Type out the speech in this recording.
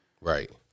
Right